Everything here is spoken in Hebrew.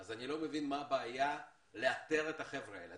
אז אני לא מבין מה הבעיה לאתר את החבר'ה האלה.